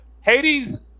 Hades